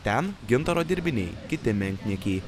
ten gintaro dirbiniai kiti menkniekiai